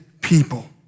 people